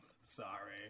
Sorry